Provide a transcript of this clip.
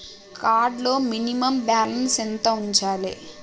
Card లో minimum balance ఎంత ఉంచాలే?